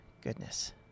goodness